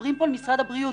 מדברים כאן על משרד הבריאות.